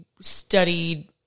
studied